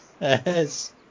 Yes